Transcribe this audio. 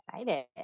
excited